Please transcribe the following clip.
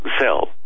cell